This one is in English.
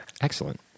Excellent